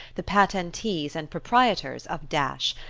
the patentees and proprietors of dash,